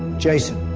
jason,